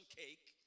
cake